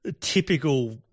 typical